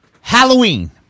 Halloween